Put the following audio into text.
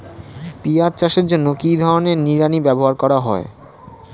পিঁয়াজ চাষের জন্য কি ধরনের নিড়ানি ব্যবহার করা হয়?